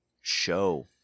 show